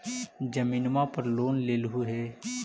जमीनवा पर लोन लेलहु हे?